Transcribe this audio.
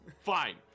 Fine